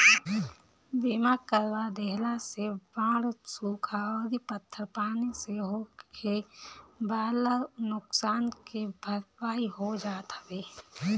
बीमा करवा देहला से बाढ़ सुखा अउरी पत्थर पानी से होखेवाला नुकसान के भरपाई हो जात हवे